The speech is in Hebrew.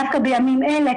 דווקא בימים אלה,